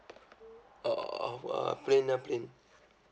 oh of uh plane airplane